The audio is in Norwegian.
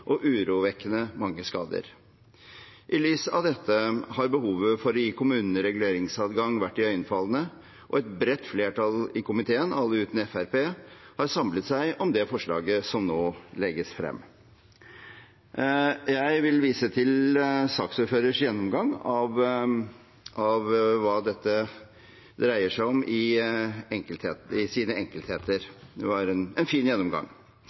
og urovekkende mange skader. I lys av dette har behovet for å gi kommunene reguleringsadgang vært iøynefallende, og et bredt flertall i komiteen, alle utenom Fremskrittspartiet, har samlet seg om forslaget som nå legges frem. Jeg vil vise til saksordførerens gjennomgang av hva dette dreier seg om i sine enkeltheter. Det var en fin gjennomgang.